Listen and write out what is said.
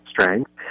strength